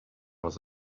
was